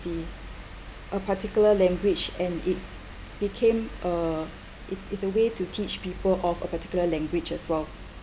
the a particular language and it became a it's it's a way to teach people of a particular language as well